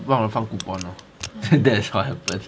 忘了放 coupon lor that is what happen